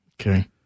Okay